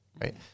Right